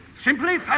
Simply